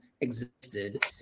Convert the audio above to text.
existed